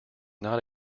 not